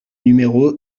numéro